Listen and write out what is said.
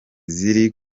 ziri